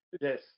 Yes